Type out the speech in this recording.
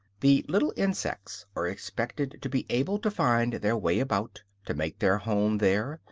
the little insects are expected to be able to find their way about, to make their home there,